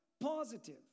positive